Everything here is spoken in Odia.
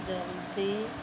ଜଲ୍ଦି